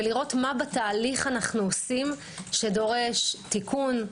ולראות מה בתהליך אנו עושים שדורש תיקון,